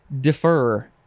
Defer